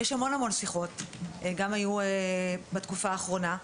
יש המון שיחות, וגם היו בתקופה האחרונה.